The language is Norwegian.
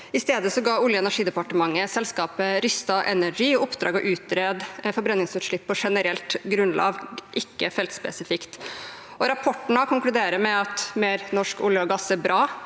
I stedet ga Olje- og energidepartementet selskapet Rystad Energy i oppdrag å utrede forbrenningsutslipp på generelt grunnlag – ikke feltspesifikt. Rapporten konkluderer med at mer norsk olje og gass er bra